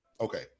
okay